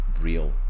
real